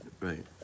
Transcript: right